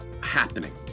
happening